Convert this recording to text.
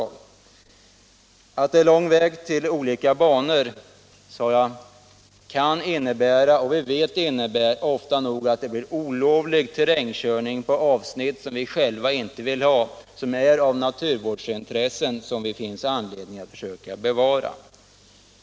Jag sade att den omständigheten att det är lång väg till olika banor kan medföra — och vi vet att det ofta blir så — olovlig terrängkörning inom avsnitt där vi själva inte önskar det och där det finns naturvärden som man vill bevara.